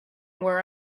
where